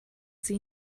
sie